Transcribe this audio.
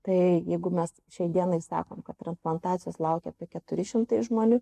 tai jeigu mes šiai dienai sakome kad transplantacijos laukia apie keturi šimtai žmonių